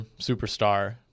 superstar